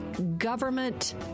government